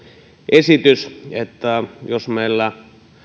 esitys että jos meillä